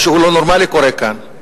משהו לא נורמלי קורה כאן.